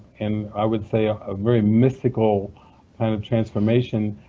and i would say a ah very mystical kind of transformation,